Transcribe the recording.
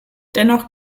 dennoch